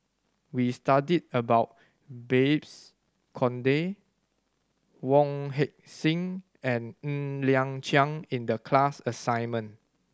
we studied about Babes Conde Wong Heck Sing and Ng Liang Chiang in the class assignment